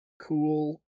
cool